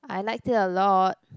I liked it a lot